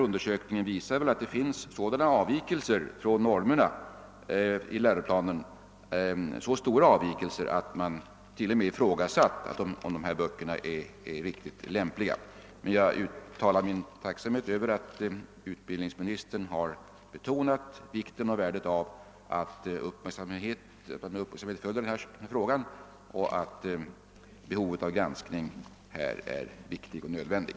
Undersökningen visar att det finns så stora avvikelser från normerna i läroplanen att man till och med ifrågasatt om dessa böcker är riktigt lämpliga. Jag uttalar i alla fall min tacksamhet över att utbildningsministern betonat vikten och värdet av att man med uppmärksamhet följer denna fråga och att granskning är viktig och nödvändig.